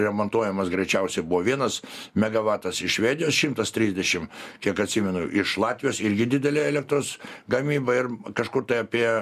remontuojamas greičiausiai buvo vienas megavatas iš švedijos šimtas trisdešim kiek atsimenu iš latvijos irgi didelė elektros gamyba ir kažkur tai apie